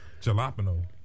jalapeno